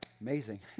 Amazing